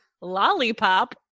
lollipop